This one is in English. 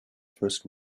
first